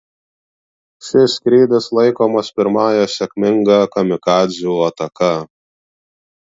šis skrydis laikomas pirmąja sėkminga kamikadzių ataka